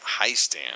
Highstand